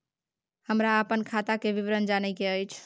हमरा अपन खाता के विवरण जानय के अएछ?